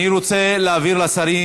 אני רוצה להבהיר לשרים